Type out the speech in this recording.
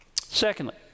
Secondly